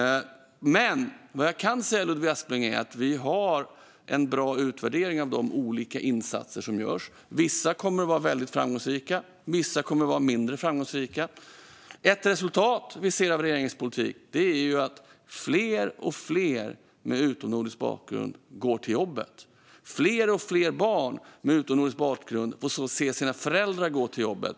Men vad jag kan säga är att vi har en bra utvärdering av de olika insatser som görs. Vissa kommer att vara framgångsrika, och vissa kommer att vara mindre framgångsrika. Ett resultat vi ser av regeringens politik är att fler och fler med utomnordisk bakgrund går till jobbet. Fler och fler barn med utomnordisk bakgrund får se sina föräldrar gå till jobbet.